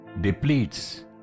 depletes